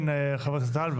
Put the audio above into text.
כן, חבר הכנסת טל.